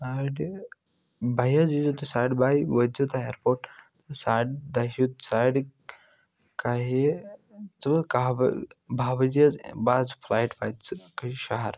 ساڑِ بَہہِ حظ ییٖزیٚو تُہۍ ساڑِ بَہہِ وٲتۍزیٚو تُہۍ اَیرپوٹ ساڑِ دَہہِ چھُ ساڑِ کَہہِ ژٕ کاہ بج باہ بَجے حظ بہہ حظ فُلایٹ واتہِ ژٕ شَہَر